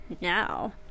now